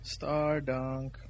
Stardunk